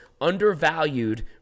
undervalued